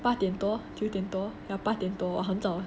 八点多九点多 ya 八点多很早 lah